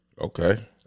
Okay